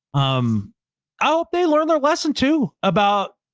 um i hope they learn their lesson too about.